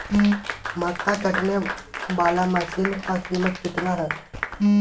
मक्का कटने बाला मसीन का कीमत कितना है?